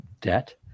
debt